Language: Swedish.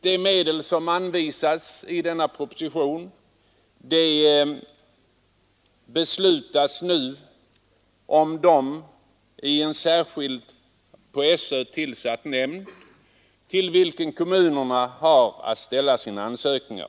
De medel som anvisades med anledning av denna proposition fördelas nu av en särskild nämnd inom skolöversty relsen, till vilken kommunerna har att ställa sina ansökningar.